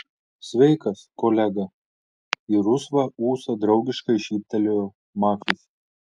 sveikas kolega į rusvą ūsą draugiškai šyptelėjo machis